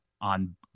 on